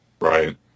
Right